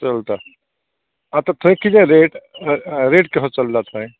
चलता आं तर थंय कितें रेट रेट कसो चल्लां थंय